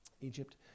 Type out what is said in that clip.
Egypt